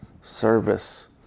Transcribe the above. service